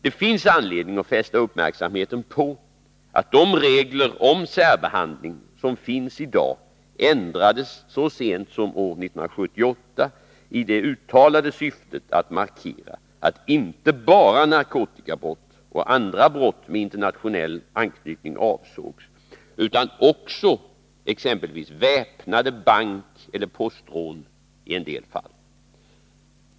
Det finns anledning att fästa uppmärksamheten på att de regler om särbehandling som i dag finns ändrades så sent som år 1978 i det uttalade syftet att markera att inte bara narkotikabrott och andra brott med internationell anknytning avsågs utan också exempelvis väpnade bankeller postrån i en del fall.